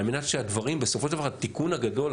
על מנת שבסופו של דבר התיקון הגדול,